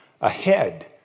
ahead